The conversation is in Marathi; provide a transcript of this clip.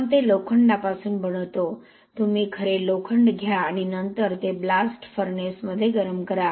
आपण ते लोखंडापासून बनवतो तुम्ही खरे लोखंड घ्या आणि नंतर ते ब्लास्ट फर्नेसमध्ये गरम करा